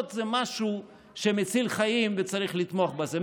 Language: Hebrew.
זה משהו שמציל חיים וצריך לתמוך בזה.